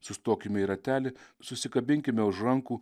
sustokime į ratelį susikabinkime už rankų